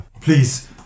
Please